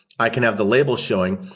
i can have the label showing,